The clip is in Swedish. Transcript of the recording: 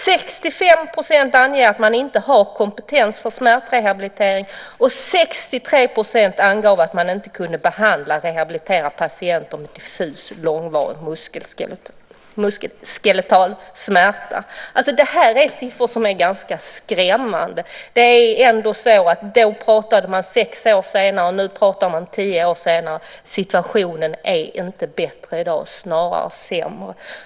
65 % anger att man inte har kompetens för smärtrehabilitering, och 63 % angav att man inte kan behandla och rehabilitera patienter med diffus långvarig muskuloskeletal smärta. Det här är skrämmande siffror. Då pratade man om sex år senare, och nu pratar man om tio år senare. Situationen är inte bättre i dag, snarare sämre.